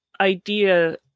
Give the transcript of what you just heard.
idea